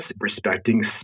respecting